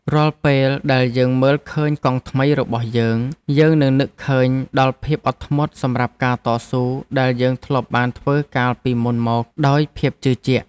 រាល់ពេលដែលយើងមើលឃើញកង់ថ្មីរបស់យើងយើងនឹងនឹកឃើញដល់ភាពអត់ធ្មត់សម្រាប់ការតស៊ូដែលយើងធ្លាប់បានធ្វើកាលពីមុនមកដោយភាពជឿជាក់។